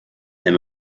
him